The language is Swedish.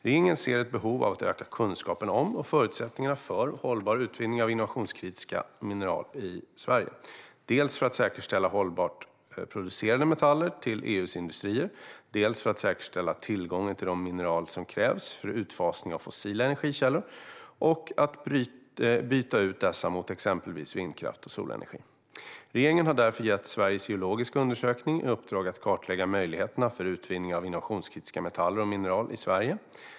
Regeringen ser ett behov av att öka kunskapen om och förutsättningarna för hållbar utvinning av innovationskritiska mineraler i Sverige - dels för att säkerställa hållbart producerade metaller till EU:s industrier, dels för att säkerställa tillgången till de mineraler som krävs för utfasning av fossila energikällor och att byta ut dessa mot exempelvis vindkraft och solenergi. Regeringen har därför gett Sveriges geologiska undersökning i uppdrag att kartlägga möjligheterna för utvinning av innovationskritiska metaller och mineraler i Sverige .